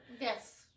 Yes